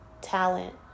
talent